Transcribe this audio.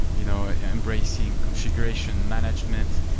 you know ah embracing configuration management.